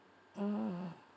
mmhmm